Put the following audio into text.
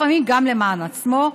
לפעמים גם למען עצמו,